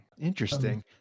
interesting